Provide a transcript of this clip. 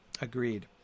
Agreed